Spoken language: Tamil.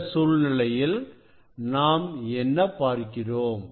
இந்த சூழ்நிலையில் நாம் என்ன பார்க்கிறோம்